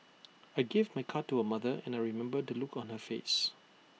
I gave my card to her mother and I remember the look on her face